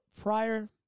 prior